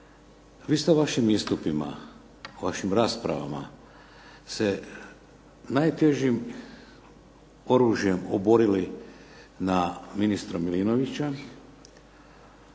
Vi ste vašim istupima u vašim raspravama se najtežim oružjem oborili na ministra Milinovića,